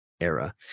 era